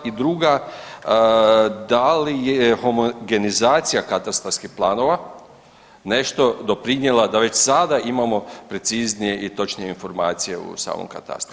I druga, da li je homogenizacija katastarskih planova nešto doprinjela da već sada imamo preciznije i točnije informacije u samom katastru?